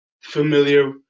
familiar